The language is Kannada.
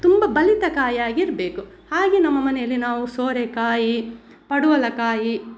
ತುಂಬಾ ಬಲಿತ ಕಾಯಾಗಿರಬೇಕು ಹಾಗೆ ನಮ್ಮ ಮನೆಯಲ್ಲಿ ನಾವು ಸೋರೆಕಾಯಿ ಪಡುವಲಕಾಯಿ